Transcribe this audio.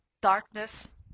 darkness